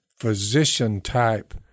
physician-type